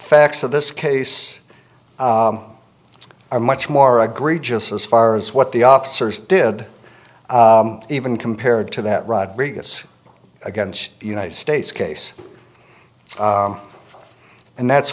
facts of this case are much more i agree just as far as what the officers did even compared to that rodriguez against the united states case and that's